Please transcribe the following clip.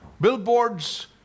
billboards